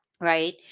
right